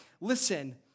Listen